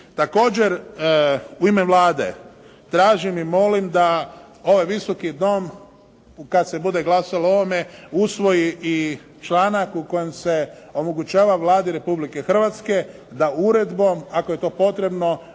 Također u ime Vlade tražim i molim da ovaj Visoki dom kada se bude glasalo o ovome, usvoji i članak u kojem se omogućava Vladi Republike Hrvatske da uredbom ako je to potrebno,